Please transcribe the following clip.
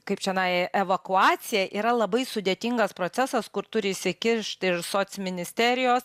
kaip čianai evakuacija yra labai sudėtingas procesas kur turi įsikišt ir soc ministerijos